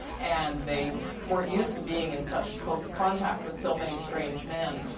and they weren't used to being in such close contact with so many strange men.